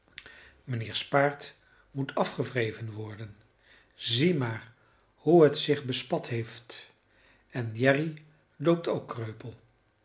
mijnheers paard moet afgewreven worden zie maar hoe het zich bespat heeft en jerry loopt ook kreupel